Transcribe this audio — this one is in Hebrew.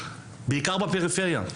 בעיקר בפריפריה.